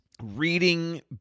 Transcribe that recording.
reading